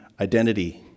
identity